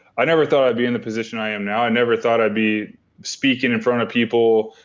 i never thought i'd be in the position i am now. i never thought i'd be speaking in front of people,